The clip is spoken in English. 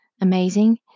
amazing